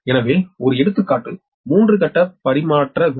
எனவே ஒரு எடுத்துக்காட்டு மூன்று கட்ட பரிமாற்ற வரி